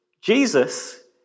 Jesus